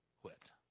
quit